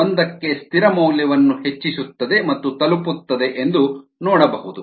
1 ಕ್ಕೆ ಸ್ಥಿರ ಮೌಲ್ಯವನ್ನು ಹೆಚ್ಚಿಸುತ್ತದೆ ಮತ್ತು ತಲುಪುತ್ತದೆ ಎಂದು ನೋಡಬಹುದು